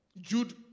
Jude